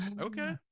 Okay